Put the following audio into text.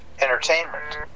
entertainment